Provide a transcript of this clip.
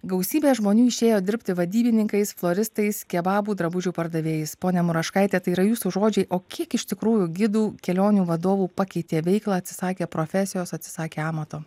gausybė žmonių išėjo dirbti vadybininkais floristais kebabų drabužių pardavėjais ponia muraškaite tai yra jūsų žodžiai o kiek iš tikrųjų gidų kelionių vadovų pakeitė veiklą atsisakė profesijos atsisakė amato